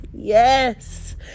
Yes